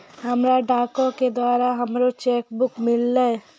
हमरा डाको के द्वारा हमरो चेक बुक मिललै